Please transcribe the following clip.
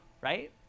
right